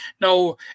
Now